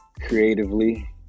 creatively